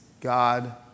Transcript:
God